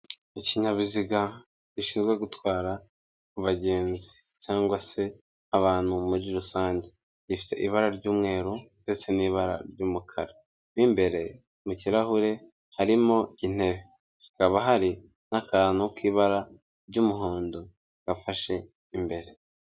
Ikinyabiziga gishinzwe gutwara abagenzi cyangwa se abantu muri rusange, gifite ibara ry'umweru ndetse n'ibara ry'umukara, mo imbere mu kirahure harimo intebe, hakaba hari n'akantu k'ibara ry'umuhondo gafashe imbere.